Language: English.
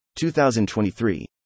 2023